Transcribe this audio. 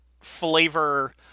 flavor